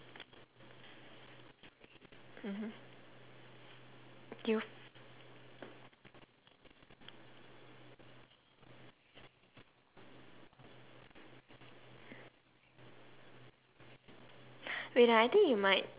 mmhmm you wait uh I think you might